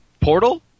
Portal